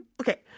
Okay